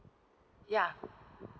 ya